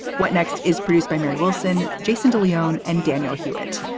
what next is produced by mary wilson, jason de leon and daniel hewett.